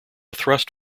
thrust